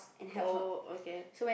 oh okay